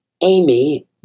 Amy